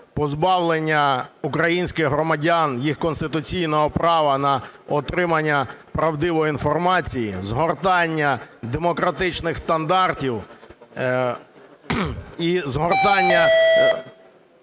позбавлення українських громадян їх конституційного права на отримання правдивої інформації, згортання демократичних стандартів і згортання